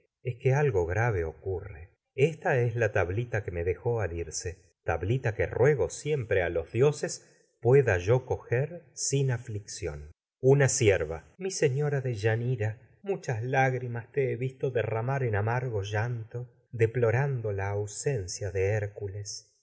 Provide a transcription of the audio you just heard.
es que es algo irse grave ocurre que esta la tablita a que me dejó al yo tablita ruego siempre los dioses pueda coger sin aflicción sierva he una te mi señora deyanira amargo si muchas lágri mas visto derramar en llanto deplorando está la ausencia de hércules